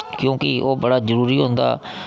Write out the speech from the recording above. क्योंकि ओह् बड़ा जरूरी होंदा